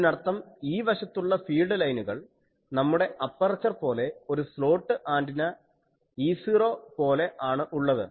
അതിനർത്ഥം ഈ വശത്തുള്ള ഫീൽഡ് ലൈനുകൾ നമ്മുടെ അപ്പർച്ചർ പോലെ ഒരു സ്ലോട്ട് ആൻറിന Eo പോലെ ആണ് ഉള്ളത്